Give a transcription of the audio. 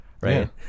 right